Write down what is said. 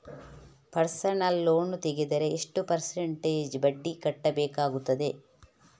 Personal loan ತೆಗೆದರೆ ಎಷ್ಟು percentage ಬಡ್ಡಿ ಕಟ್ಟಬೇಕಾಗುತ್ತದೆ?